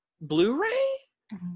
blu-ray